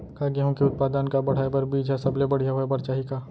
का गेहूँ के उत्पादन का बढ़ाये बर बीज ह सबले बढ़िया होय बर चाही का?